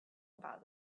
about